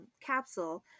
capsule